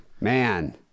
Man